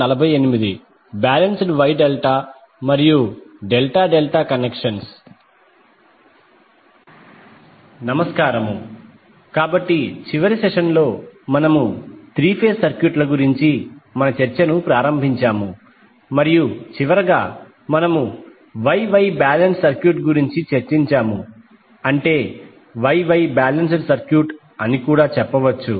నమస్కారము కాబట్టి చివరి సెషన్లో మనము 3 ఫేజ్ సర్క్యూట్ల గురించి మన చర్చను ప్రారంభించాము మరియు చివరిగా మనము Y Y బ్యాలెన్స్ సర్క్యూట్ గురించి చర్చించాము అంటే మీరు Y Y బ్యాలెన్స్ సర్క్యూట్ అని కూడా చెప్పవచ్చు